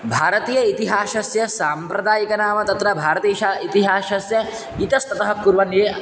भारतीय इतिहासस्य साम्प्रदायिकं नाम तत्र भारतीय इतिहासस्य इतस्ततः कुर्वन्